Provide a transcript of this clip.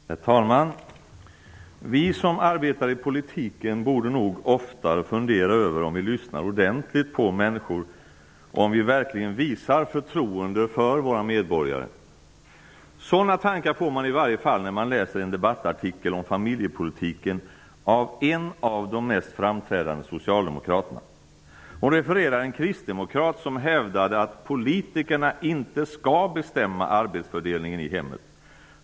Herr talman! Vi som arbetar i politiken borde nog oftare fundera över om vi lyssnar ordentligt på människor och om vi verkligen visar förtroende för våra medborgare. Sådana tankar får man i alla fall när man läser en debattartikel om familjepolitiken av en av de mest framträdande socialdemokraterna. Hon refererar en kristdemokrat som hävdade att politikerna inte skall bestämma om arbetsfördelningen i hemmet.